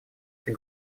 этой